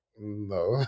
no